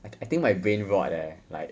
I think I think my brain rot eh like